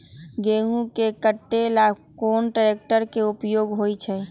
गेंहू के कटे ला कोंन ट्रेक्टर के उपयोग होइ छई?